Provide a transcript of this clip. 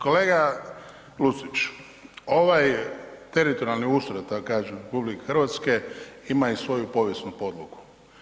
Kolega Lucić, ovaj teritorijalni ustroj da tako kažem RH ima i svoju povijesnu podlogu.